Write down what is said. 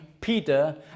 Peter